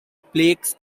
plaques